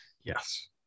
yes